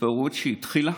מהתפרעות שהתחילה